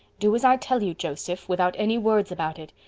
do as i tell you, joseph, without any words about it.